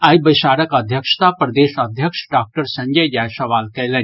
आइ बैसारक अध्यक्षता प्रदेश अध्यक्ष डॉक्टर संजय जायसवाल कयलनि